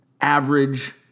average